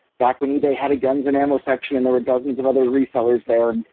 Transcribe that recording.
back when ebay had a guns and ammo section and there were dozens of other resellers there.